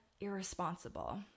irresponsible